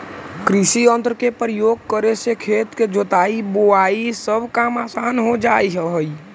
कृषियंत्र के प्रयोग करे से खेत के जोताई, बोआई सब काम असान हो जा हई